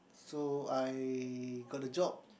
so I got the job